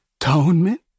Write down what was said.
Atonement